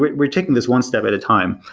we're we're taking this one step at a time,